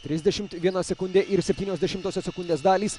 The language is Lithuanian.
trisdešimt viena sekundė ir septynios dešimtosios sekundės dalys